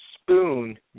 spoon